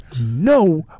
No